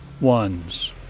ones